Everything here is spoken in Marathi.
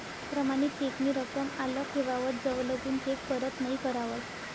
प्रमाणित चेक नी रकम आल्लक ठेवावस जवलगून चेक परत नहीं करावस